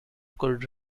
could